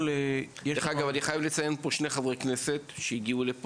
דרך אגב, אני חייב לציין שני חברי כנסת שהגיעו,